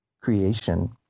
creation